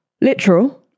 Literal